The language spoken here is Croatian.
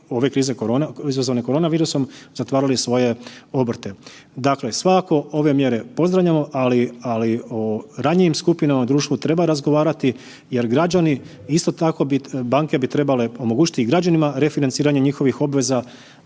ove krize korona izazvane korona virusom, zatvarali svoje obrte. Dakle, svakako ove mjere pozdravljamo, ali o ranjivim skupinama u društvu treba razgovarati jer građani, isto tako banke bi trebale omogućiti i građanima refinanciranje njihovih obveza